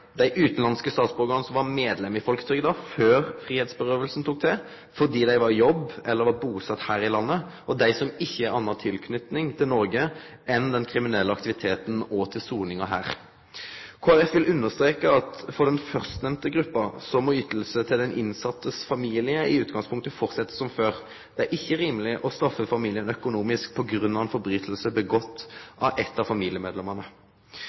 Dei utanlandske statsborgarane som var medlemer av folketrygda før fridomstapet tok til, fordi dei var i jobb eller busette her i landet, og dei som ikkje har anna tilknyting til Noreg enn den kriminelle aktiviteten og soninga her. Kristeleg Folkeparti vil understreke at for den første gruppa må ytingar til den innsettes familie i utgangspunktet halde fram som før. Det er ikkje rimeleg å straffe familien økonomisk på grunn av